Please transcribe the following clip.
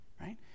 right